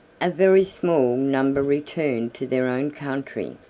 a very small number returned to their own country.